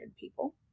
people